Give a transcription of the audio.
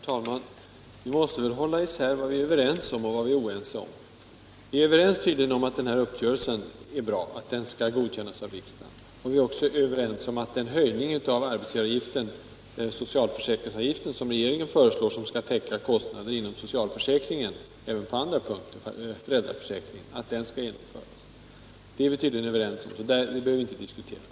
Herr talman! Vi måste väl hålla isär vad vi är överens om och vad vi är oense om. Vi är tydligen överens om att uppgörelsen är bra och skall godkännas av riksdagen, liksom om att den av regeringen föreslagna höjningen av socialförsäkringsavgiften, som skall täcka kostnader även inom föräldraförsäkringen, skall genomföras. Det behöver vi inte diskutera.